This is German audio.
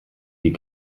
die